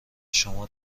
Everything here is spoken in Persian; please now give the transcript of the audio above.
شما